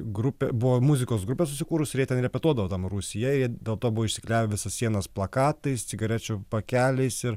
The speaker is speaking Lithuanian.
grupė buvo muzikos grupė susikūrusi ir jie ten repetuodavo tam rūsyje jie dėl to buvo išsiklijavę visas sienas plakatais cigarečių pakeliais ir